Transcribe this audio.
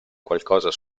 qualcosa